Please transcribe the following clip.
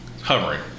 hovering